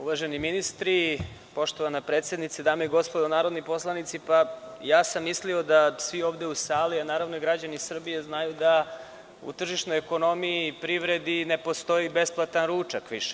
Uvaženi ministri, poštovana predsednice, dame i gospodo narodni poslanici, mislio sam da svi ovde u sali, a naravno i građani Srbije znaju da u tržišnoj ekonomiji, privredi ne postoji ne postoji besplatan ručak više.